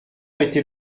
était